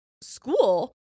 school